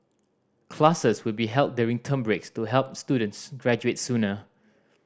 classes will be held during term breaks to help students graduate sooner